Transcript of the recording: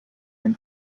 and